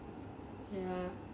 you know